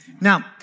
Now